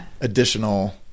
additional